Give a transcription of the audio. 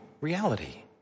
reality